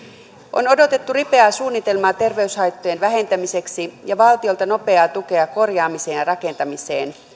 on odotettu ripeää suunnitelmaa terveyshaittojen vähentämiseksi ja valtiolta nopeaa tukea korjaamiseen ja rakentamiseen